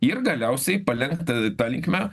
ir galiausiai palenkt ta linkme